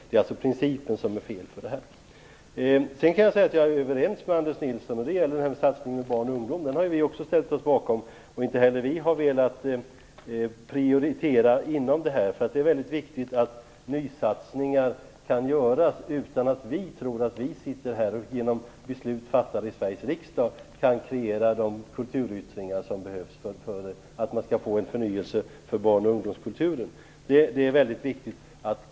Det är en felaktig princip. Jag är överens med Anders Nilsson när det gäller satsningen på barn och ungdom. Också vi har ställt oss bakom den. Inte heller vi har velat prioritera inom den. Det är viktigt att nysatsningar kan kreeras inom barn och ungdomskulturen utan att vi i riksdagen beslutar hur de skall se ut.